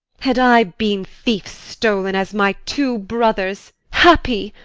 had i been thief-stol'n, as my two brothers, happy!